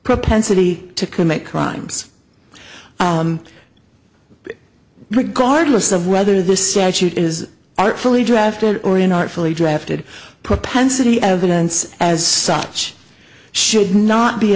propensity to commit crimes regardless of whether the statute is artfully drafted or in artfully drafted propensity evidence as such should not be